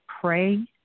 pray